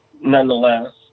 nonetheless